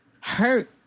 hurt